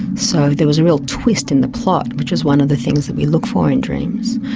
so there was a real twist in the plot, which is one of the things that we look for in dreams.